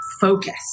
focus